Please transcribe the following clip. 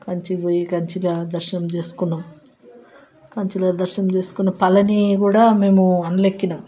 కంచికి పోయి కంచిలో దర్శనం చేసుకున్నాం కంచిలో దర్శనం చేసుకుని పళని కూడా మేము అందులో ఎక్కినాం